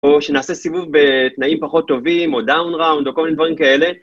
או שנעשה סיבוב בתנאים פחות טובים, או דאון ראונד, או כל מיני דברים כאלה.